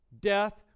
death